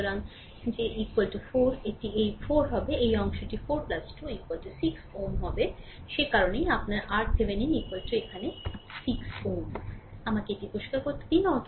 সুতরাং যে 4 এটি এই 4 হবে এই অংশটি 4 2 6 Ω হবে সুতরাং সে কারণেই আপনার RThevenin এখানে এটি 6 Ω সুতরাং আমাকে এটি পরিষ্কার করুন